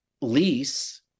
lease